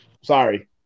Sorry